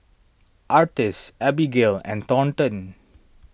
Artis Abigale and Thornton